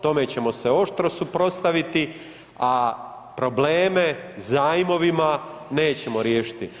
Tome ćemo će se oštro suprotstaviti, a probleme zajmovima nećemo riješiti.